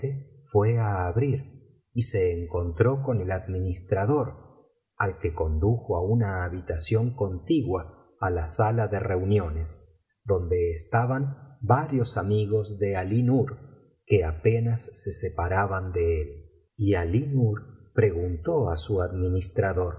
fué á abrir y se encontró con el administrador al que condujo á una habitación contigua á la sala de reuniones donde estaban varios amigos de alínur que apenas se separaban ele él y alí nur preguntó á su administrador